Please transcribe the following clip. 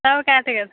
सए रुपआ देब